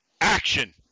action